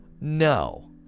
no